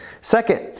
Second